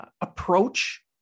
approach